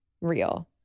real